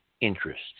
interests